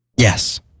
Yes